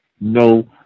no